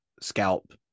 scalp